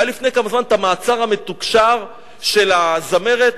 לפני זמן מה המעצר המתוקשר של הזמרת,